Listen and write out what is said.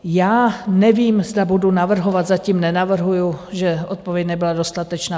Já nevím, zda budu navrhovat, zatím nenavrhuji, že odpověď nebyla dostatečná.